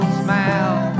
smile